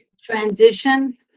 Transition